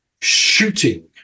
shooting